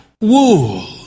wool